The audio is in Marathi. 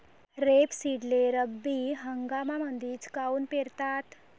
रेपसीडले रब्बी हंगामामंदीच काऊन पेरतात?